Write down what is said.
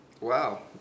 Wow